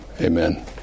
Amen